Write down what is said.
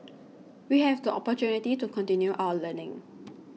we have the opportunity to continue our learning